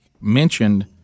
mentioned